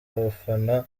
abafana